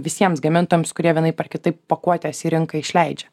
visiems gamintojams kurie vienaip ar kitaip pakuotes į rinką išleidžia